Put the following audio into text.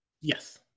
Yes